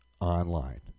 online